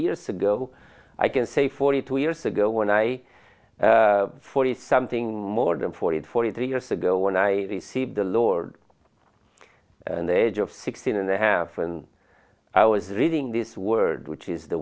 years ago i can say forty two years ago when i forty something more than forty forty three years ago when i received the lord and the age of sixteen and a half and i was reading this word which is the